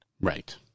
Right